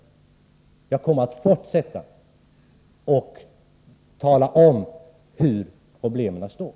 Jag kommer att fortsätta att tala om vari problemen består.